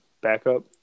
backup